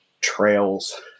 trails